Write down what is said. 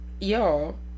y'all